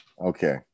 Okay